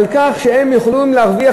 על כך שהם יכולים להרוויח,